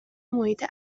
محیط